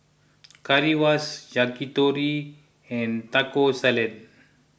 Currywurst Yakitori and Taco Salad